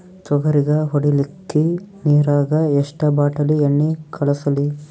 ತೊಗರಿಗ ಹೊಡಿಲಿಕ್ಕಿ ನಿರಾಗ ಎಷ್ಟ ಬಾಟಲಿ ಎಣ್ಣಿ ಕಳಸಲಿ?